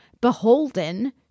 beholden